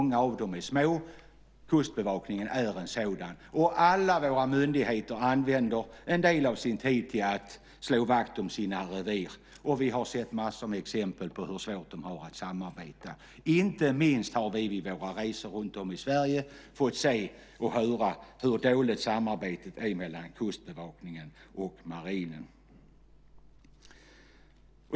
Många av dem är små. Kustbevakningen är en sådan. Alla våra myndigheter använder en del av sin tid till att slå vakt om sina revir. Vi har sett massor med exempel på hur svårt de har att samarbeta. Inte minst har vi vid våra resor runtom i Sverige fått se och höra hur dåligt samarbetet är mellan Kustbevakningen och marinen.